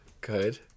Good